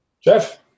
Jeff